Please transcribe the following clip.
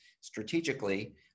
strategically